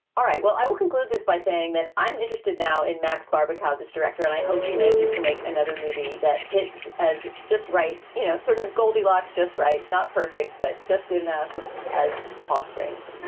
all right. well, i will conclude this by saying that i'm interested now in max barbic, how this director and i hope he manages to make another movie that hits as just right. you know, sort of goldilocks just right. not perfect, but just good enough as palm springs